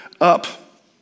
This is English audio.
up